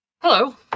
Hello